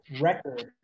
record